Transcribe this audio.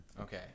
Okay